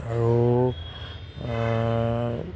আৰু